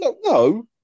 No